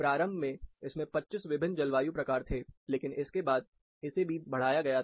प्रारंभ में इसमें 25 विभिन्न जलवायु प्रकार थे लेकिन इसके बाद इसे भी बढ़ाया गया था